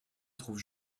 trouve